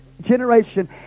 generation